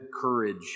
courage